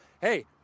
Hey